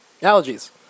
Allergies